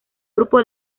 grupo